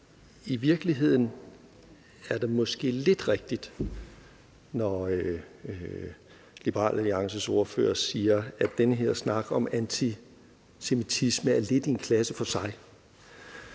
i virkeligheden måske er lidt rigtigt, når Liberal Alliances ordfører siger, at den her snak om antisemitisme er lidt i en klasse for sig.